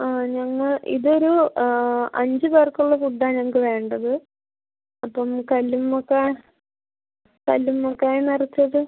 ആ ഞങ്ങൾ ഇതൊരു ആ അഞ്ച് പേർക്കുള്ള ഫുഡാണ് ഞങ്ങൾക്ക് വേണ്ടത് അപ്പം കല്ലുമ്മക്കാ കല്ലുമ്മക്കായ നിറച്ചത്